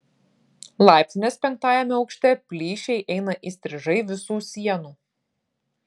laiptinės penktajame aukšte plyšiai eina įstrižai visų sienų